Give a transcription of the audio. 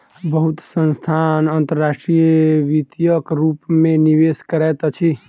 बहुत संस्थान अंतर्राष्ट्रीय वित्तक रूप में निवेश करैत अछि